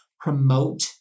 promote